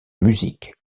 musique